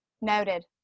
Noted